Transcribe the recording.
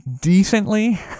decently